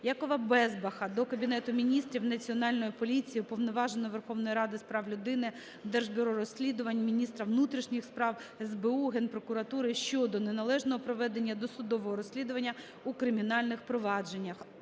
Якова Безбаха до Кабінету Міністрів, Національної поліції, Уповноваженого Верховної Ради з прав людини, Держбюро розслідувань, міністра внутрішніх справ, СБУ, Генпрокуратури щодо неналежного проведення досудового розслідування у кримінальних провадженнях.